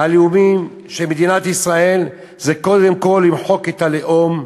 הלאומיים של מדינת ישראל הם קודם כול למחוק את הלאום,